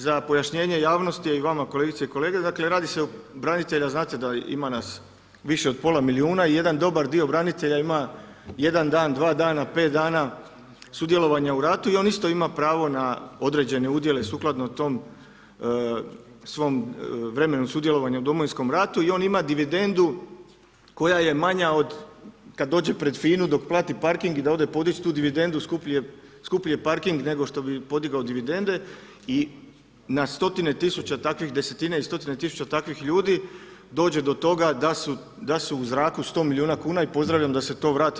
Za pojašnjenje javnosti i vama kolegice i kolege, dakle radi se o, branitelja znate da ima nas više od pola milijuna i jedan dobar dio branitelja ima jedan dan, dva dana, 5 dana sudjelovanja u ratu i on isto ima pravo na određene udjele sukladno tom svom vremenu sudjelovanja u Domovinskom ratu i on ima dividendu koja je manja od, kad dođe pred FINA-u dok plati parking i da ode podić tu dividendu, skuplji je parking nego što bi podigao dividende i na stotine tisuća takvih, desetine i stotine tisuća takvih ljudi dođe do toga da su u zraku 100 milijuna kuna i pozdravljam da se to vrati.